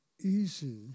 easy